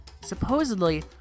Supposedly